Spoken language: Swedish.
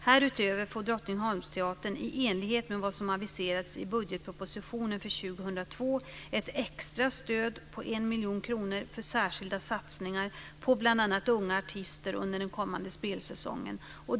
Härutöver får 1 miljon kronor för särskilda satsningar på bl.a. unga artister under den kommande spelsäsongen.